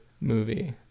movie